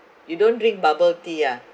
you don't drink bubble tea ah